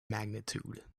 magnitude